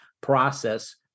process